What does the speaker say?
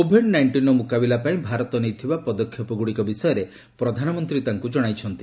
Covid ନାଇଷ୍ଟିନ୍ର ମୁକାବିଲା ପାଇଁ ଭାରତ ନେଇଥିବା ପଦକ୍ଷେପଗୁଡ଼ିକ ବିଷୟରେ ପ୍ରଧାନମନ୍ତ୍ରୀ ତାଙ୍କୁ ଜଣାଇଛନ୍ତି